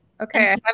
Okay